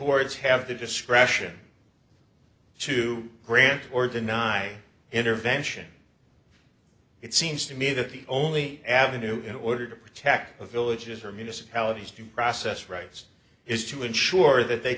boards have the discretion to grant or deny intervention it seems to me that the only avenue in order to protect the villages or municipalities due process rights is to ensure that they